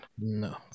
No